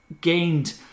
gained